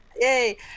yay